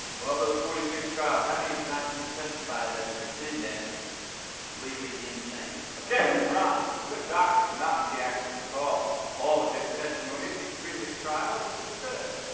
well of those forty six trials, how many times did you testify that the defendant was legally insane? objection, your honor, the good doctor cannot be asked to recall all of his testimony at these previous trials. its absurd.